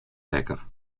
wekker